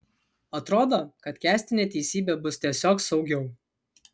atrodo kad kęsti neteisybę bus tiesiog saugiau